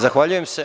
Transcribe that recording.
Zahvaljujem se.